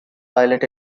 pilot